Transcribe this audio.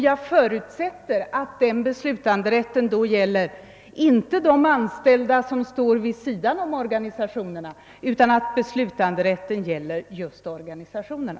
Jag förutsätter att beslutanderätten inte gäller de anställda som står vid sidan om organisationerna, utan att be slutanderätten gäller just organisationerna.